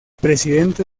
presidente